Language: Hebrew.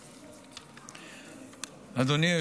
אדוני.